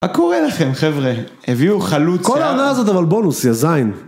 מה קורה לכם חבר'ה? הביאו חלוץ... כל העונה הזאת אבל בונוס יא זין